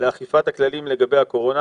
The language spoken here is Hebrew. באשר לאכיפת הכללים לגבי הקורונה.